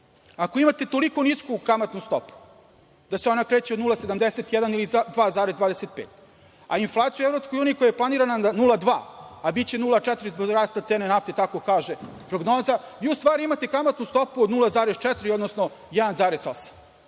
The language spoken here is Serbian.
Ako imate toliko nisu kamatnu stopu, da se ona kreće od 0,71 ili za 2,25, a inflacija u EU koja je planirana na 0,2 a biće 0,4 zbog rasta cene nafte, tako kaže prognoza, vi u stvari imate kamatnu stopu od 0,4, odnosno 1,8.Da